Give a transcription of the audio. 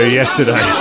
yesterday